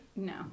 No